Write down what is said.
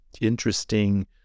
interesting